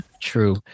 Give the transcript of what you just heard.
true